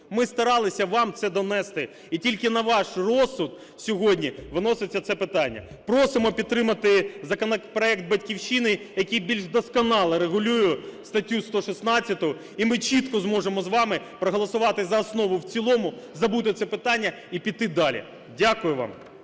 ми старалися вам це донести. І тільки на ваш розсуд сьогодні вноситься це питання. Просимо підтримати законопроект "Батьківщини", який більш досконало регулює статтю 116 і ми чітко зможемо з вами проголосувати за основу і в цілому, забути це питання і піти далі. Дякую вам.